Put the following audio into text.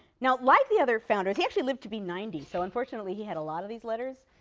now, like the other founders he actually lived to be ninety, so unfortunately he had a lot of these letters.